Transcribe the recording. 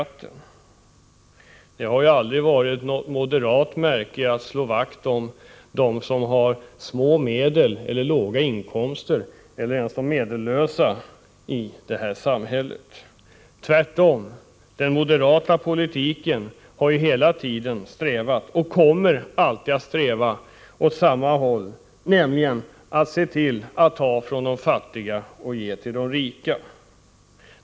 Men det har ju aldrig varit något moderat särmärke att slå vakt om dem som har små medel eller låga inkomster, eller ens om de medellösa, i vårt samhälle. Tvärtom har den moderata politiken hela tiden strävat och kommer alltid att sträva åt samma håll, nämligen att man skall ta från de fattiga och ge till de rika.